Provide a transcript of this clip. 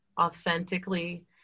authentically